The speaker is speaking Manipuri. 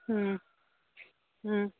ꯎꯝ ꯎꯝ